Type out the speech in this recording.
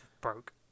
broke